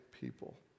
people